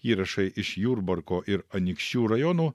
įrašai iš jurbarko ir anykščių rajonų